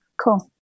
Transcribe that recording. Cool